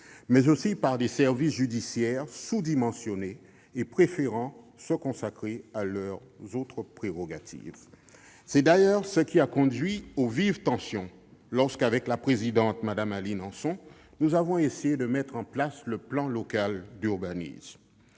également, des services judiciaires sous-dimensionnés, préférant se consacrer à leurs autres prérogatives. C'est d'ailleurs ce qui a conduit à de vives tensions lorsque, avec la présidente Mme Aline Hanson, nous avons essayé de mettre en place le plan local d'urbanisme.